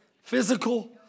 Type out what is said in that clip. physical